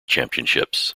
championships